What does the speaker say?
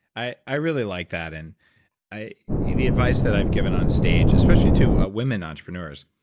i i really like that. and i the advice that i've given on stage especially to ah women entrepreneurs,